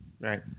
Right